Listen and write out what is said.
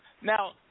Now